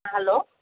hello